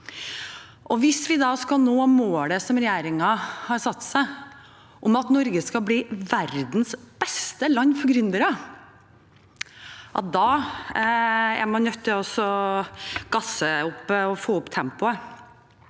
Hvis vi skal nå målet som regjeringen har satt seg, om at Norge skal bli verdens beste land for gründere, er man nødt til å gasse opp og